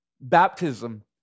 Baptism